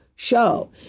show